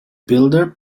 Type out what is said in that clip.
builder